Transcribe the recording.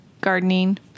gardening